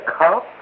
cup